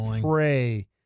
pray